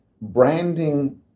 branding